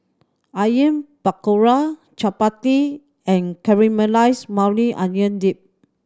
Onion Pakora Chapati and Caramelized Maui Onion Dip